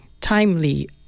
timely